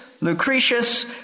Lucretius